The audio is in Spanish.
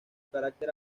carácter